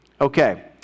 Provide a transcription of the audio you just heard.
Okay